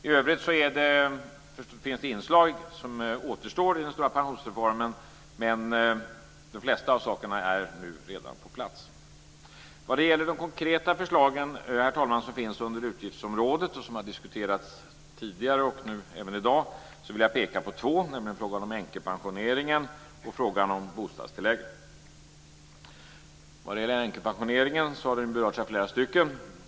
I övrigt finns det inslag som återstår i den stora pensionsreformen, men de flesta sakerna är redan på plats. Vad gäller de konkreta förslag som finns under utgiftsområdet, som har diskuterats tidigare och även i dag, vill jag, herr talman, peka på två, nämligen frågan om änkepensioneringen och frågan om bostadstilläggen. Änkepensioneringen har berörts av flera stycken.